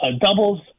doubles